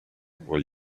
will